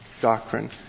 doctrine